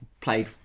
played